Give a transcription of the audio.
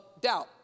doubt